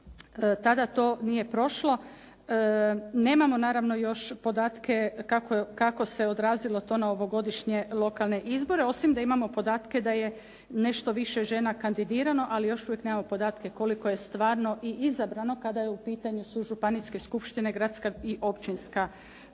tada to nije prošlo. Nemamo naravno još podatke kako se odrazilo to na ovogodišnje lokalne izbore, osim da imamo podatke da je nešto više žena kandidirano, ali još uvijek nemamo podatke koliko je stvarno i izabrano kada su u pitanju županijske skupštine, gradska i općinska